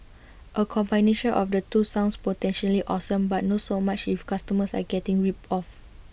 A combination of the two sounds potentially awesome but no so much if customers are getting ripped off